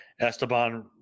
Esteban